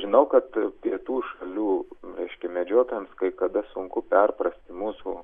žinau kad pietų šalių reiškia medžiotojams kai kada sunku perprasti mūsų